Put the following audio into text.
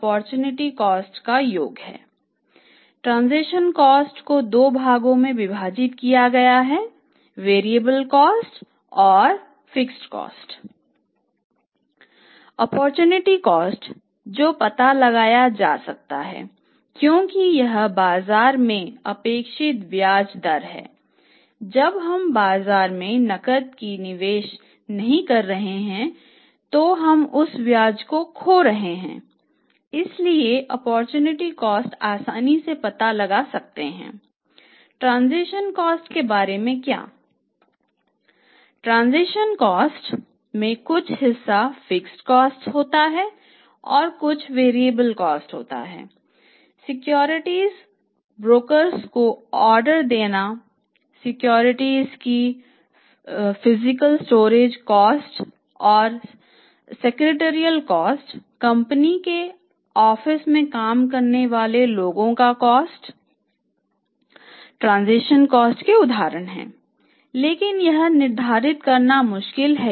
opportunity cost है